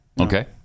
okay